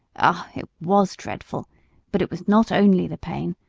ah! it was dreadful but it was not only the pain,